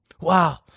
Wow